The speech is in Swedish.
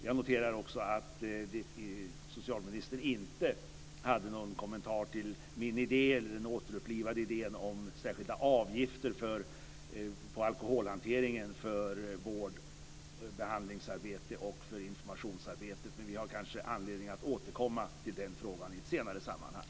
Jag noterar också att socialministern inte hade någon kommentar till den återupplivade idén om särskilda avgifter på alkoholhanteringen för vård och behandlingsarbete och för informationsarbete. Men vi har kanske anledning att återkomma till den frågan i ett senare sammanhang.